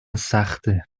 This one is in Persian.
سخته